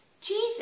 Jesus